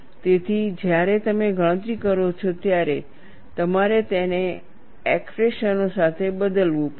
તેથી જ્યારે તમે ગણતરી કરો છો ત્યારે તમારે તેને આ એક્સપ્રેશનઓ સાથે બદલવું પડશે